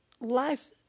life